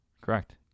Correct